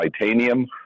titanium